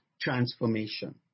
transformation